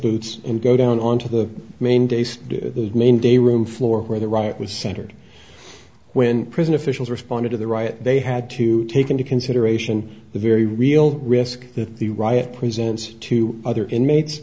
boots and go down on to the main base main day room floor where the right was shattered when prison officials responded to the riot they had to take into consideration the very real risk that the riot presents to other inmates